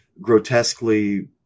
grotesquely